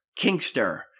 Kingster